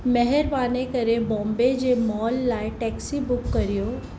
महिबानी करे बॉम्बे जे मॉल लाइ टेक्सी बुक कर्यो